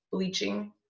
Bleaching